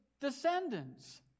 descendants